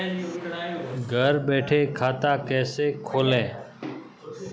घर बैठे खाता कैसे खोलें?